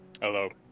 Hello